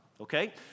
Okay